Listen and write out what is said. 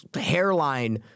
hairline